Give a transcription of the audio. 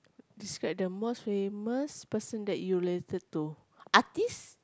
describe the most famous person that you related to artistes